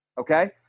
okay